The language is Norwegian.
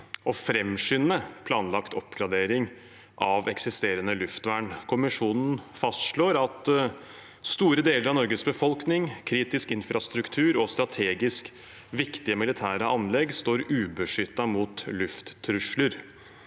å framskynde planlagt oppgradering av eksisterende luftvern. Kommisjonen fastslår at store deler av Norges befolkning, kritisk infrastruktur og strategisk viktige militære anlegg står ubeskyttet mot lufttrusler.